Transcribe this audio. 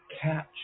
catch